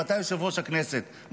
אתה יושב-ראש הכנסת,